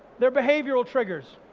they're behavioural triggers.